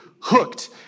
hooked